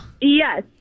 Yes